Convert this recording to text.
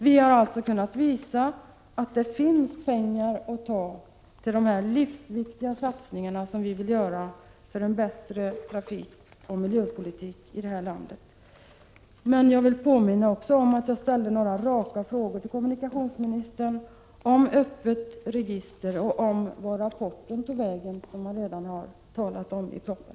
Vi har alltså kunnat visa att det finns pengar att ta till dessa livsviktiga satsningar som vi vill göra för en bättre trafikoch miljöpolitik i detta land. Jag vill påminna om att jag ställde några raka frågor till kommunikationsministern om öppet register och om vart den rapport tog vägen som omtalas i propositionen.